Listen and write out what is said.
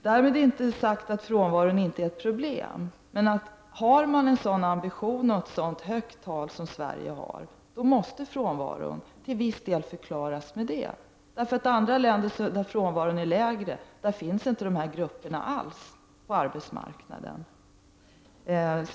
Därmed inte sagt att frånvaron inte är ett problem, men har man en sådan ambition och vid ett så högt tal som Sverige har kan frånvaron till viss del förklaras på det sättet. I andra länder, där frånvaron är lägre, finns inte dessa grupper över huvud taget ute på arbetsmarknaden.